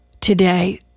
today